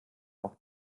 auch